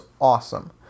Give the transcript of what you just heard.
awesome